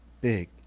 big